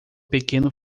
pequeno